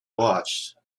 watched